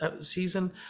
season